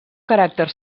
caràcter